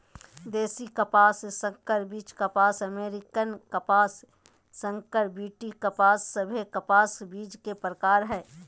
देशी कपास, संकर बीज कपास, अमेरिकन कपास, संकर बी.टी कपास सभे कपास के बीज के प्रकार हय